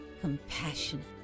compassionate